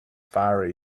far